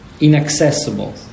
inaccessible